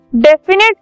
definite